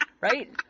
Right